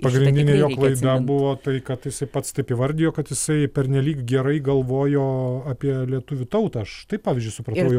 pagrindinė jo klaida buvo tai kad jisai pats taip įvardijo kad jisai pernelyg gerai galvojo apie lietuvių tautą aš taip pavyzdžiui supratau